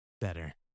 Better